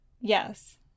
Yes